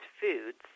foods